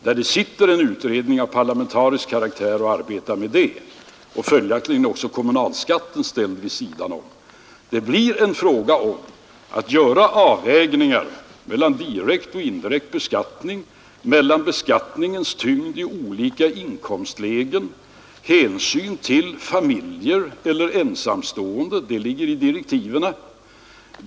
Det finns redan en utredning av parlamentarisk karaktär som arbetar med det. Följaktligen är också kommunalskatten ställd vid sidan om. Det blir en fråga om att göra avvägningar mellan direkt och indirekt beskattning, när det gäller beskattningens tyngd i olika inkomstlägen och när det gäller att ta hänsyn till familjer eller ensamstående — detta ligger i direktiven.